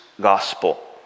gospel